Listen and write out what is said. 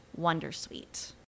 Wondersuite